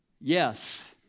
yes